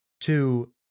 two